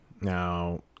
Now